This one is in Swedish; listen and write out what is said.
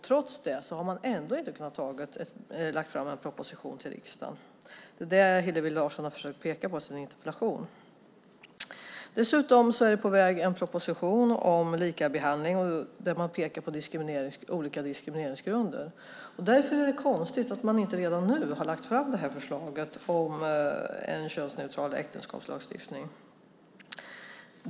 Trots det har man ändå kunnat lägga fram en proposition till riksdagen. Det har Hillevi Larsson försökt att peka på i sin interpellation. Det är på väg en proposition om likabehandling där man tar upp olika diskrimineringsgrunder. Därför är det konstigt att man inte redan nu har lagt fram förslaget om en könsneutral äktenskapslagstiftning.